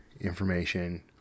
information